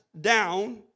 down